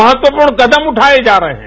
महत्वपूर्ण कदम उठाये जा रहे हैं